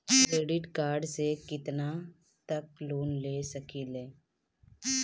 Credit card से कितना तक लोन ले सकईल?